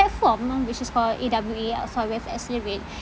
plaform which is called A_W_A AXA wealth accelerate